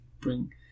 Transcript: bring